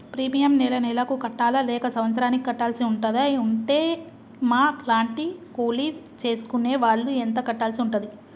Premium నెల నెలకు కట్టాలా లేక సంవత్సరానికి కట్టాల్సి ఉంటదా? ఉంటే మా లాంటి కూలి చేసుకునే వాళ్లు ఎంత కట్టాల్సి ఉంటది?